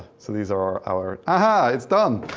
so these are our. a-ha! it's done!